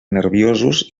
nerviosos